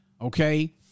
okay